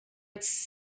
its